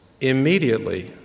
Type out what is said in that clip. immediately